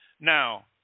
Now